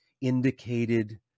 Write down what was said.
indicated